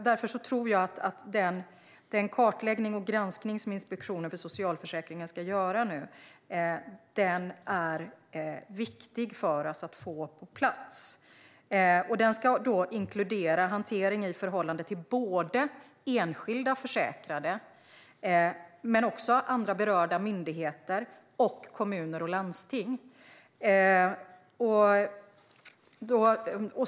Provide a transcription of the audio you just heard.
Därför tror jag att den kartläggning och granskning som Inspektionen för socialförsäkringen ska göra är viktig att få på plats. Den ska inkludera hantering i förhållande till såväl enskilda försäkrade som berörda myndigheter samt kommuner och landsting.